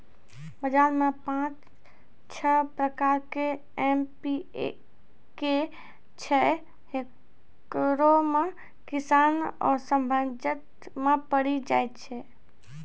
बाजार मे पाँच छह प्रकार के एम.पी.के छैय, इकरो मे किसान असमंजस मे पड़ी जाय छैय?